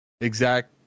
exact